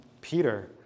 Peter